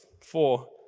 four